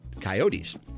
coyotes